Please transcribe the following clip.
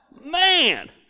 man